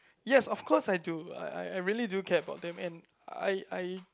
yes of course I do I I I really do care about them and I I